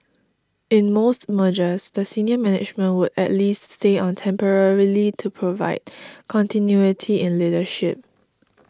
in most mergers the senior management would at least stay on temporarily to provide continuity in leadership